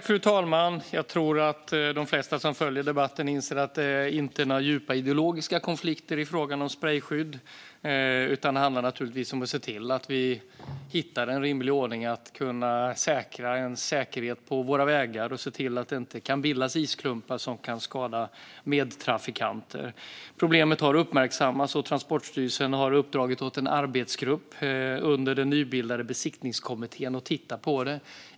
Fru talman! Jag tror att de flesta som följer debatten inser att det inte är några djupa ideologiska konflikter i frågan om sprejskydd utan att det handlar om att se till att vi hittar en rimlig ordning för att kunna säkra en säkerhet på våra vägar och se till att det inte kan bildas isklumpar som kan skada medtrafikanter. Problemet har uppmärksammats, och Transportstyrelsen har uppdragit åt en arbetsgrupp under den nybildade Besiktningskommittén att titta på det.